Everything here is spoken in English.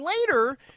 later